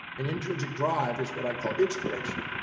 an intrinsic drive is what i call inspiration.